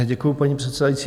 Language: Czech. Děkuju, paní předsedající.